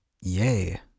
yay